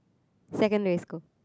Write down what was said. secondary school